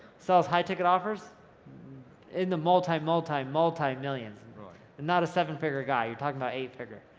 sells high-ticket offers in the multi, multi, multi-millions. and not a seven-figure guy. you're talking about eight figure.